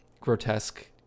grotesque